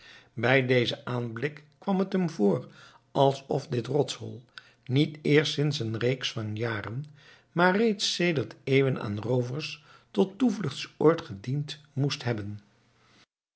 bij dezen aanblik kwam het hem voor alsof dit rotshol niet eerst sinds een reeks van jaren maar reeds sedert eeuwen aan roovers tot toevluchtsoord gediend moest hebben